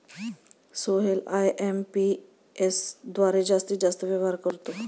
Sohail IMPS द्वारे जास्तीत जास्त व्यवहार करतो